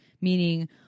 meaning